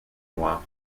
noires